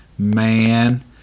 Man